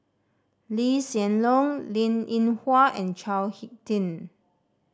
Lee Hsien Loong Linn In Hua and Chao Hick Tin